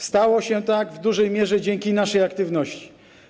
Stało się tak w dużej mierze dzięki naszej aktywności.